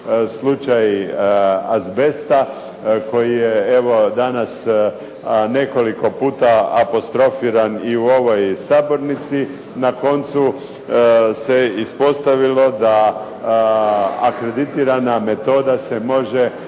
slučaj azbesta koji je evo danas nekoliko puta apostrofiran i u ovoj sabornici, na koncu se ispostavilo da akreditirana metoda se može